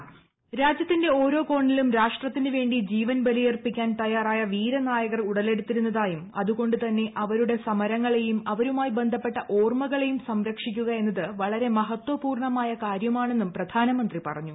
voice രാജ്യത്തിന്റെ ഓരോ കോ്ണിലും രാഷ്ട്രത്തിനുവേണ്ടി ജീവൻ ബലിയർപ്പിക്കാൻ തയ്യാറ്റായി വീരനായകർ ഉടലെടുത്തിരുന്നതായും അതുകൊണ്ടു തന്നെ ര്അവരുടെ സമരങ്ങളെയും അവരുമായി ബന്ധപ്പെട്ട ഓർമ്മകളെയും സംരക്ഷിക്കുക എന്നത് വളരെ മഹത്വപൂർണമായ കാര്യമാണെന്നും പ്രധാനമന്ത്രി പറഞ്ഞു